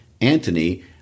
Antony